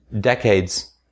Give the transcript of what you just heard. decades